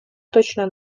точно